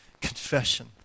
confession